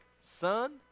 Son